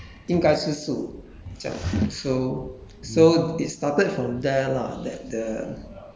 okay 既然你们要出家那你们就应该吃素这样 so